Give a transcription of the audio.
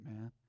man